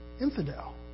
Infidel